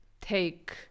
take